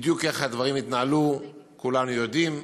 איך הדברים בדיוק התנהלו, כולנו יודעים.